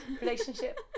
relationship